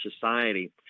society